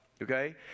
Okay